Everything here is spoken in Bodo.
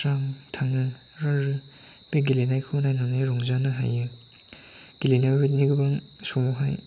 स्रां थाङो आरो बे गेलेनायखौ नायनानै रंजानो हायो गेलेनायाव बिदिनो गोबां समावहाय